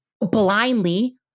blindly